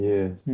Yes